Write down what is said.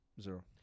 zero